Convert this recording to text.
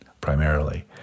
primarily